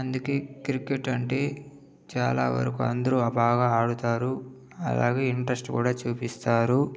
అందుకే క్రికెట్ అంటే చాలా వరకు అందరు బాగా ఆడుతారు అలాగే ఇంట్రెస్ట్ కూడా చూపిస్తారు